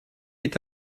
est